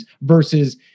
versus